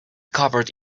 covered